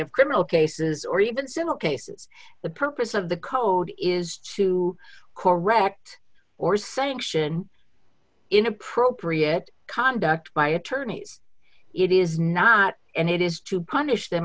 of criminal cases or even civil cases the purpose of the code is to correct or sanction inappropriate conduct by attorneys it is not and it is to punish them